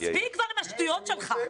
מספיק כבר עם השטויות שלך.